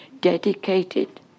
dedicated